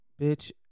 Bitch